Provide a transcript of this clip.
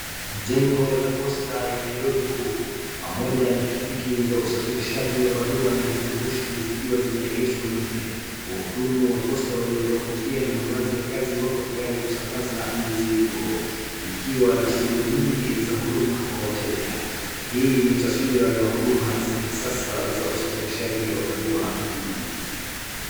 Jengo la posta ya Nairobi kuu, pamoja na pikipiki za usafirishaji wa barua na vifurushi zikiwa zimeegeshwa nje. Wahudumu wa posta waliovaa kofia na mavazi ya kazi wako tayari kusambaza mizigo, likiwa na shughuli nyingi za huduma kwa wateja. Hii ni taswira ya huduma za kisasa za usafirishaji wa barua mjini.